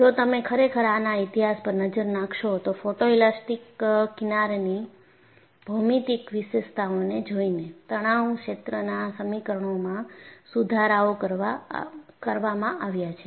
જો તમે ખરેખર આના ઈતિહાસ પર નજર નાખશો તો ફોટોઈલાસ્ટિક કિનારની ભૌમિતિક વિશેષતાઓને જોઈને તણાવ ક્ષેત્રના સમીકરણોમાં સુધારાઓ કરવામાં આવ્યા છે